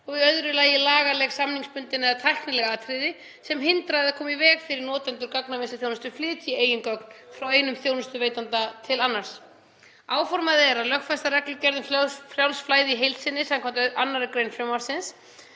og í öðru lagi lagaleg samningsbundin eða tæknileg atriði sem hindra eða koma í veg fyrir að notendur gagnavinnsluþjónustu flytji eigin gögn frá einum þjónustuveitanda til annars. Áformað er að lögfesta reglugerð um frjálst flæði í heild sinni samkvæmt 2. gr. frumvarpsins,